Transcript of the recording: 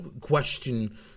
question